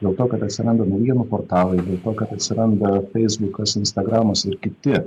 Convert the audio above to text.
dėl to kada atsiranda naujienų portalai dėl to kad atsiranda feisbukas instagramas ir kiti